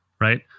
Right